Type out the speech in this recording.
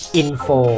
info